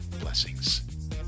Blessings